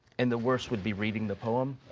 and the worse would be reading the poem?